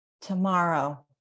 Tomorrow